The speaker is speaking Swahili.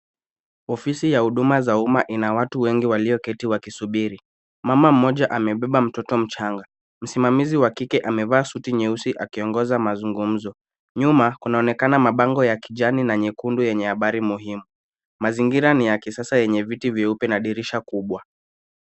Ofisi ya uma ina watu wengi walioketi wakisubiri. Mama mmoja amebeba mtotom mchanga. Msimamizi wa kike amevaasuti nyeusi akiongoza mazungumzo. Nyuma kunaonekana mabango ya kijani na nyekundu yenye habari muhimu. Mazingira ni ya kisasa yenye vitivyeupe na dirisha kubwa.